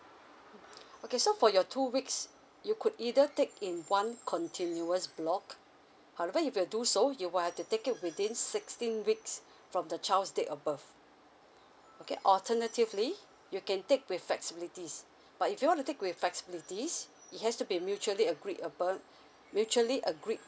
okay so for your two weeks you could either take in one continuous block however if you do so you will have to take it within sixteen weeks from the child's date of birth okay alternatively you can take with flexibilities but if you want to take with flexibilities it has to be mutually agree above mutually agreed